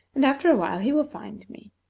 and after awhile he will find me.